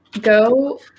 go